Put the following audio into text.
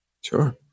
Sure